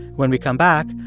when we come back,